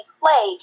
play